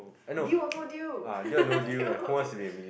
deal or no deal deal or no deal